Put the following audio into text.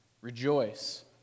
rejoice